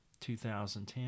2010